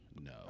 No